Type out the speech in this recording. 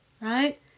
right